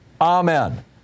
Amen